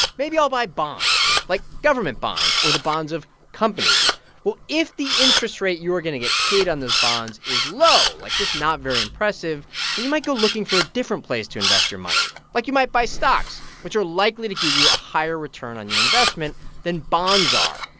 maybe i'll buy bonds, like government bonds or the bonds of companies well, if the interest rate you are going to get paid on those bonds is low like, just not very impressive then you might go looking for a different place to invest your money. like, you might buy stocks, which are likely to give you a higher return on your investment than bonds are.